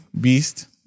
Beast